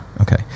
okay